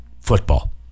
football